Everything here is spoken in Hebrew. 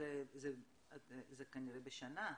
זה כנראה בשנה.